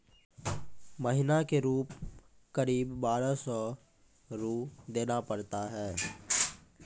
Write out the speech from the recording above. महीना के रूप क़रीब बारह सौ रु देना पड़ता है?